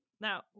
Now